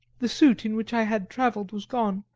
the suit in which i had travelled was gone,